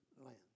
land